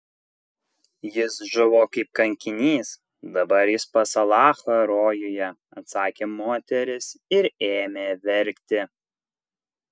jis žuvo kaip kankinys dabar jis pas alachą rojuje atsakė moteris ir ėmė verkti